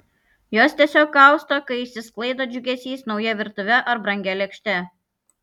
jos tiesiog kausto kai išsisklaido džiugesys nauja virtuve ar brangia lėkšte